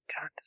God